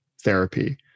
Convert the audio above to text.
therapy